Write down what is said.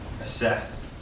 assess